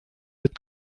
mit